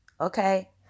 Okay